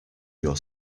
your